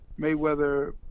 Mayweather